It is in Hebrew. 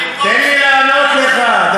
תן לי לענות לך.